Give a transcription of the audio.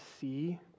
see